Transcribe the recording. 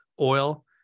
oil